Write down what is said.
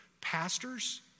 pastors